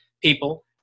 people